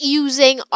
using